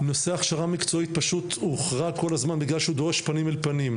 נושא הכשרה מקצועית פשוט הוחרג כל הזמן בגלל שהוא דורש פנים אל פנים,